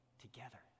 together